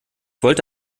wollte